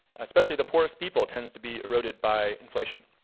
especially the poorest people, tends to be eroded by inflation.